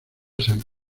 san